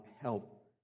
help